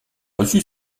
reçu